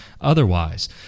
otherwise